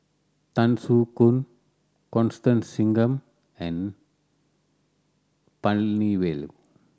Tan Soo Khoon Constance Singam and N Palanivelu